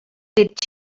dit